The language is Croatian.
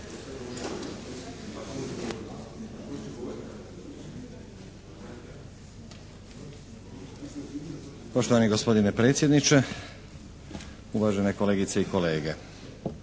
Poštovani gospodine predsjedniče, uvažene kolegice i kolege.